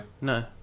No